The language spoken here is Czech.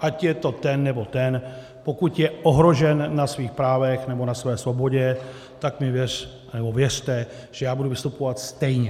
Ať je to ten, nebo ten, pokud je ohrožen na svých právech nebo na své svobodě, tak mi věřte, že já budu vystupovat stejně.